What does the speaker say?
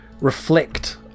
reflect